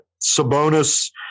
Sabonis